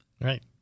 Right